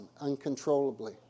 uncontrollably